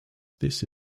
this